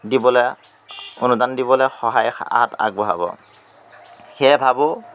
দিবলৈ অনুদান দিবলৈ সহায়ৰ হাত আগবঢ়াব সেয়ে ভাবোঁ